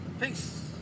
peace